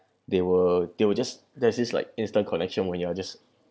they were they were just there's this like instant connection when you are just